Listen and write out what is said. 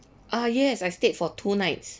uh yes I stayed for two nights